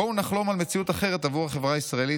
"בואו נחלום על מציאות אחרת עבור החברה הישראלית,